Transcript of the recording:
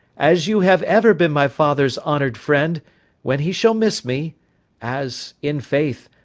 as you have ever been my father's honour'd friend when he shall miss me as, in faith,